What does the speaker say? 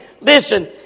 Listen